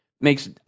makes –